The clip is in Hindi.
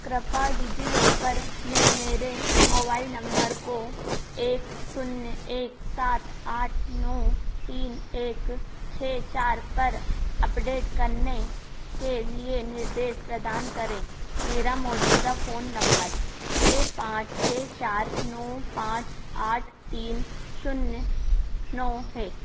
कृपया डिज़िलॉकर में मेरे मोबाइल नम्बर को एक शून्य एक सात आठ नौ तीन एक छह चार पर अपडेट करने के लिए निर्देश प्रदान करें मेरा मौजूद्वदा फ़ोन नम्बर छह पाँच छह चार नौ पाँच आठ तीन शून्य नौ है